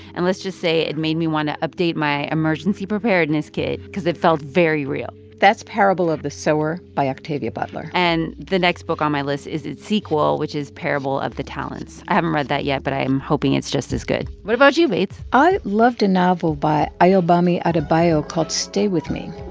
and let's just say, it made me want to update my emergency preparedness kit because it felt very real that's parable of the sower by octavia butler and the next book on my list is its sequel, which is parable of the talents. i haven't read that yet, but i'm hoping it's just as good. what about you, bates? i loved a novel by ayobami adebayo called stay with me.